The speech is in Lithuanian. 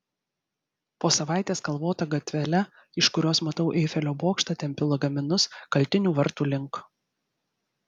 po savaitės kalvota gatvele iš kurios matau eifelio bokštą tempiu lagaminus kaltinių vartų link